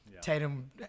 Tatum